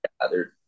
gathered